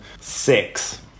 six